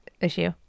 issue